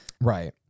Right